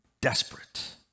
Desperate